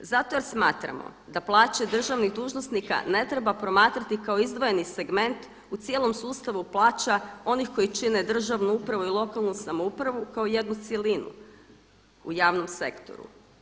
Zato jer smatramo da plaće državnih dužnosnika ne treba promatrati kao izdvojeni segment u cijelom sustavu plaća onih koji čine državnu upravu i lokalnu samoupravu kao jednu cjelinu u javnom sektoru.